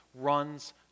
runs